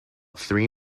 three